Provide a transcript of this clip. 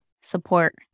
support